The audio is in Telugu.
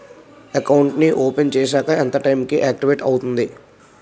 అకౌంట్ నీ ఓపెన్ చేశాక ఎంత టైం కి ఆక్టివేట్ అవుతుంది?